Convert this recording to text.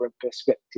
perspective